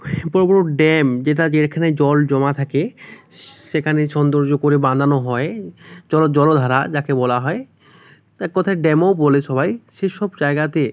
বড় বড় ড্যাম যেটা যেখানে জল জমা থাকে সেখানে সৌন্দর্য করে বানানো হয় জলধারা যাকে বলা হয় এক কথায় ড্যামও বলে সবাই সেসব জায়গাতে